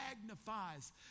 magnifies